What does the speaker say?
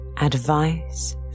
Advice